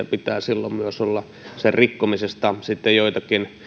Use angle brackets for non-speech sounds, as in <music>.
<unintelligible> pitää silloin myös olla sitten joitakin